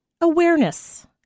awareness